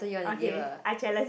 okay I challenge